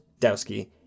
Dowski